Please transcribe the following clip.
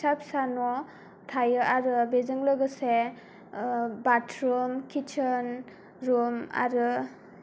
फिसा फिसा न' थायो आरो बेजों लोगोसे बाथरुम किटचेन रुम आरो